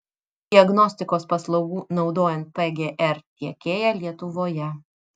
diagnostikos paslaugų naudojant pgr tiekėja lietuvoje